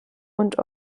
und